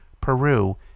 Peru